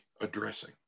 addressing